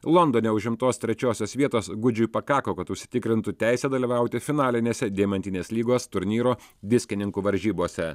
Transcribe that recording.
londone užimtos trečiosios vietos gudžiui pakako kad užsitikrintų teisę dalyvauti finalinėse deimantinės lygos turnyro diskininkų varžybose